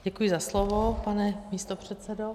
Děkuji za slovo, pane místopředsedo.